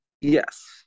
Yes